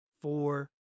four